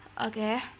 Okay